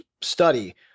study